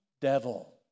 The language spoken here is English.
devil